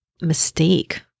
mistake